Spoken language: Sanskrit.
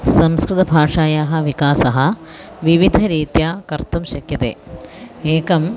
संस्कृतभाषायाः विकासः विविधरीत्या कर्तुं शक्यते एकं